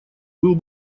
был